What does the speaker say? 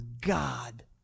God